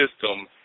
system